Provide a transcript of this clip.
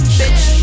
bitch